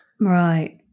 Right